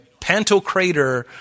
pantocrator